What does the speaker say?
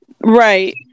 right